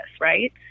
right